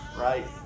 right